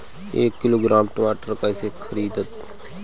एक किलोग्राम टमाटर कैसे खरदी?